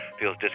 feels